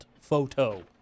photo